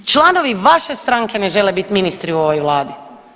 Članovi vaše stranke ne žele biti ministri u ovoj vladi.